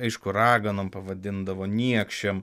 aišku raganom pavadindavo niekšėm